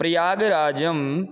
प्रयागराजम्